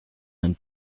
and